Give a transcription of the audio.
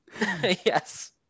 Yes